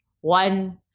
one